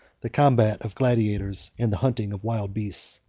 the combats of gladiators, and the hunting of wild beasts.